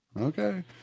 okay